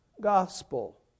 gospel